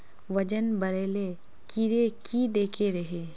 वजन बढे ले कीड़े की देके रहे?